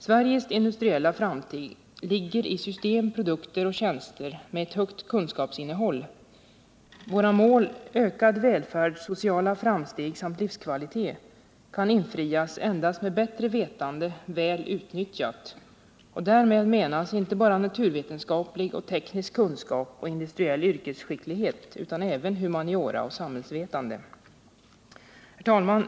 Sveriges industriella framtid ligger i system, produkter och tjänster med ett högt kunskapsinnehåll. Våra mål: ökad välfärd, sociala framsteg samt livskvalitet, kan infrias endast med bättre vetande väl utnyttjat. Och därmed menas inte bara naturvetenskaplig och teknisk kunskap och industriell yrkesskicklighet utan även humaniora och samhällsvetande.” Herr talman!